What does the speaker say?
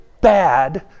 bad